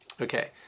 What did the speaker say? okay